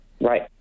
Right